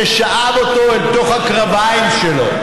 ששאב אותו אל תוך הקרביים שלו,